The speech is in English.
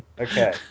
Okay